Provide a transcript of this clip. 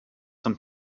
zum